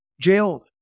jail